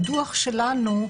שבדוח שלנו,